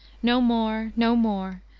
no more, no more,